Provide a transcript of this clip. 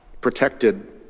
protected